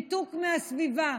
ניתוק מהסביבה.